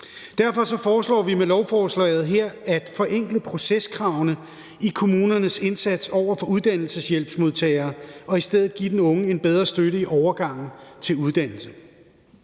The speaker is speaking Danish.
Derfor foreslår vi med lovforslaget her at forenkle proceskravene i kommunernes indsats over for uddannelseshjælpsmodtagere og i stedet give den unge en bedre støtte i overgangen til uddannelse.